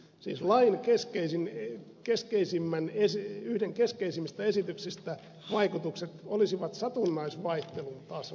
siis lain yhden keskeisimmistä esityksistä vaikutukset olisivat satunnaisvaihtelun tasoa